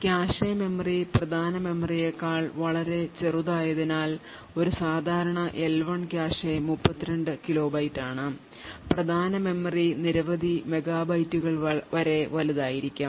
cache memory പ്രധാന മെമ്മറിയേക്കാൾ വളരെ ചെറുതായതിനാൽ ഒരു സാധാരണ എൽ 1 കാഷെ 32 കിലോബൈറ്റാണ് പ്രധാന മെമ്മറി നിരവധി മെഗാബൈറ്റുകൾ വരെ വലുതായിരിക്കും